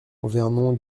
vernon